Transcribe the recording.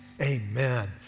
amen